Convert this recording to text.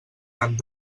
tant